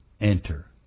Enter